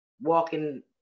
walking